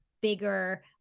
bigger